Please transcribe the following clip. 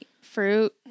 Fruit